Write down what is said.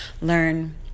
learn